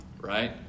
right